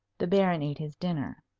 the baron ate his dinner.